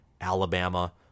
Alabama